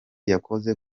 yakoze